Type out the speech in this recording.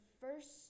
first